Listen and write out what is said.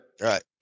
right